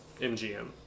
MGM